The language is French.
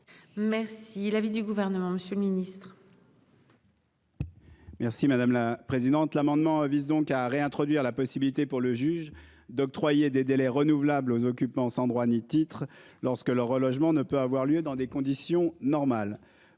Merci l'avis du gouvernement, Monsieur le Ministre. Merci madame la présidente. L'amendement vise donc à réintroduire la possibilité pour le juge d'octroyer des délais renouvelables aux occupants sans droit ni titre lorsque le relogement ne peut avoir lieu dans des conditions normales.